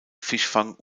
fischfang